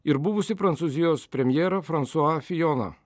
ir buvusį prancūzijos premjerą fransua fijoną